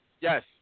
Yes